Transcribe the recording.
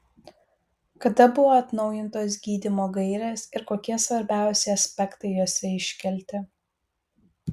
kada buvo atnaujintos gydymo gairės ir kokie svarbiausi aspektai jose iškelti